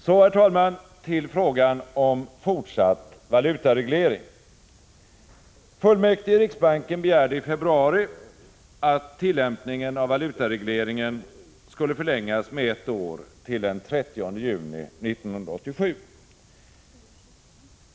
Så, herr talman, till frågan om fortsatt valutareglering. Fullmäktige i riksbanken begärde i februari att tillämpningen av valutaregleringen skulle förlängas med ett år till den 30 juni 1987.